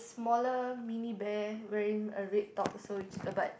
smaller mini bear wearing a red top so which uh but